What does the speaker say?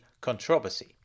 controversy